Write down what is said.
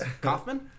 Kaufman